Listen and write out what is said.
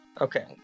Okay